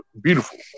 beautiful